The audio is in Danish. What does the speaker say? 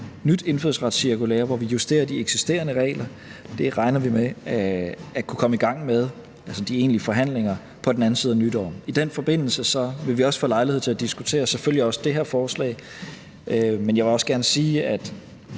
nyt indfødsretscirkulære, hvor vi justerer de eksisterende regler. Det regner vi med at kunne komme i gang med de egentlige forhandlinger om på den anden side af nytår. I den forbindelse vil vi selvfølgelig også få lejlighed til at diskutere det her forslag, men jeg vil også gerne sige, at